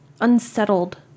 unsettled